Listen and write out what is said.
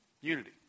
Unity